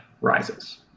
Rises